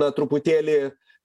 na truputėlį